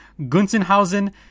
Gunzenhausen